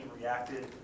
reacted